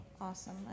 Awesome